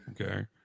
Okay